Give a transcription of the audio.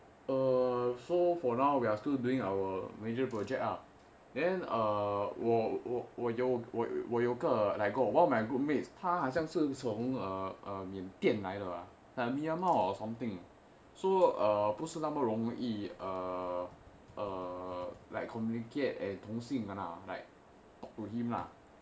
err so for now we are still doing our major project ah then err 我我我有我有个 got one of my group mates 他好像是从缅甸:ta hao xiang shi cong mian diananshengng uh myanmar or something so err 不是那么容易:bu shi na me rongyong yi err err like communicate 通信 ah like talk to him [one] ah